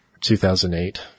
2008